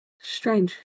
Strange